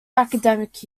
academic